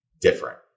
different